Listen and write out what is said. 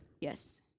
Yes